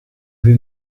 sie